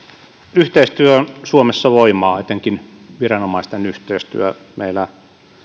yhteistyö on suomessa voimaa etenkin viranomaisten yhteistyö meillä